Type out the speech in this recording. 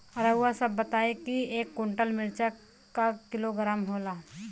रउआ सभ बताई एक कुन्टल मिर्चा क किलोग्राम होला?